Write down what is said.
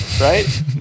right